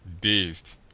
dazed